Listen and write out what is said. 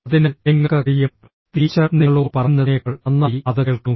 അതിനാൽ നിങ്ങൾക്ക് കഴിയും ടീച്ചർ നിങ്ങളോട് പറയുന്നതിനേക്കാൾ നന്നായി അത് കേൾക്കുന്നു